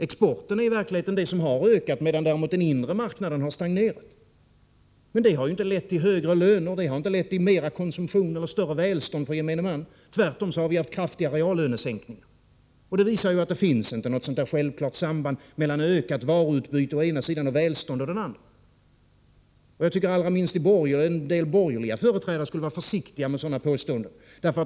Exporten är i verkligheten det som har ökat, medan däremot den internationella marknaden har stagnerat. Men detta har inte lett till högre löner, till mera konsumtion eller till större välstånd för gemene man. Tvärtom har vi haft kraftiga reallönesänkningar. Det visar att det inte finns något självklart samband mellan ökat varuutbyte å ena sidan och välstånd å andra sidan. Inte minst en del borgerliga företrädare borde vara försiktiga med sådana påståenden.